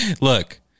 Look